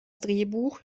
drehbuch